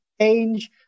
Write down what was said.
change